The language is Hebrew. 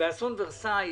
באסון ורסאי,